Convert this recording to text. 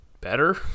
better